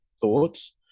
thoughts